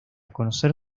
conocer